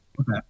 Okay